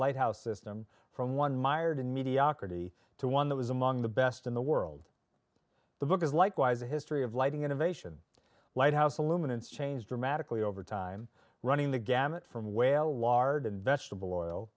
lighthouse system from one mired in mediocrity to one that was among the best in the world the book is likewise a history of lighting innovation lighthouse the luminance change dramatically over time running the gamut from whale lard and vegetable oil